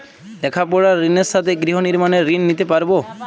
লেখাপড়ার ঋণের সাথে গৃহ নির্মাণের ঋণ নিতে পারব?